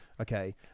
okay